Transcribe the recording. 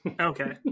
Okay